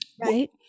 right